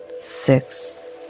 six